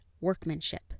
workmanship